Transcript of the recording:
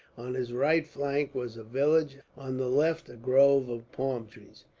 on his right flank was a village, on the left a grove of palm trees.